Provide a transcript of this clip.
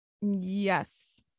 Yes